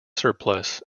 surplus